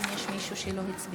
האם יש מישהו שלא הצביע?